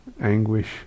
anguish